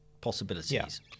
possibilities